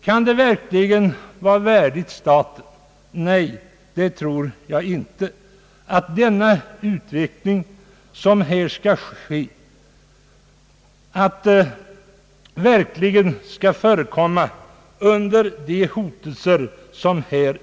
Kan det verkligen vara värdigt staten att verksamheten skall bedrivas under de hotelser som här utfärdas? Nej, det tror jag inte.